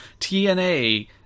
tna